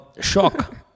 shock